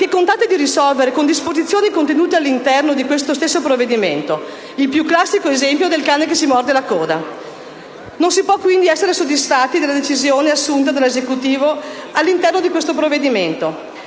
che contate di risolvere con le disposizioni contenute all'interno di questo stesso provvedimento: il più classico esempio del cane che si morde la coda! Non si può quindi essere soddisfatti della decisione assunta dall'Esecutivo all'interno di questo provvedimento,